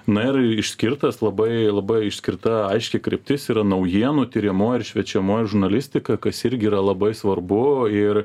na ir išskirtas labai labai išskirta aiški kryptis yra naujienų tiriamoji ir šviečiamoji žurnalistika kas irgi yra labai svarbu ir